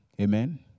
Amen